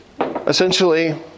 essentially